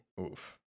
Oof